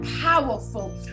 powerful